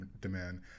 demand